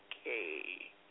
Okay